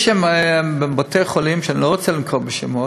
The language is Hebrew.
יש בתי-חולים, ואני לא רוצה לנקוב בשמות,